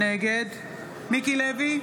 נגד מיקי לוי,